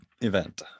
event